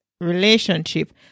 relationship